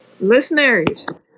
listeners